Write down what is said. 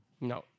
No